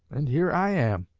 and here i am